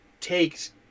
takes